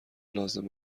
لازم